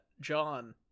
john